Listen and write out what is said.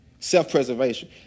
Self-preservation